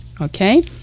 Okay